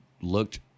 looked